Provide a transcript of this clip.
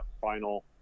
final